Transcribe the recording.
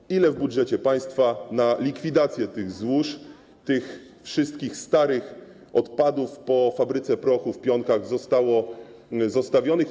Ile pieniędzy w budżecie państwa na likwidację tych złóż, tych wszystkich starych odpadów po fabryce prochu w Pionkach zostało zostawionych?